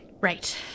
Right